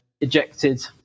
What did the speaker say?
ejected